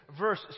verse